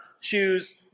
choose